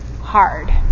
hard